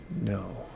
No